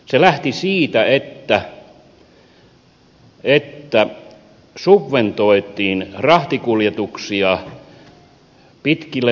se lähti siitä että subventoitiin rahtikuljetuksia pitkille matkoille